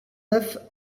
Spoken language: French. neuf